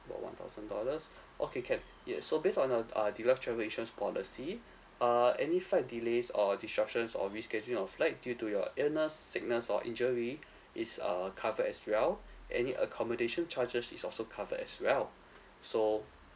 about one thousand dollars okay can ya so based on uh our deluxe travel insurance policy err any flight delays or disruptions or rescheduling of flight due to your illness sickness or injury is err covered as well any accommodation charges is also covered as well so